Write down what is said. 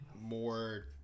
more